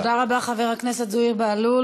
תודה רבה, חבר הכנסת זוהיר בהלול.